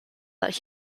that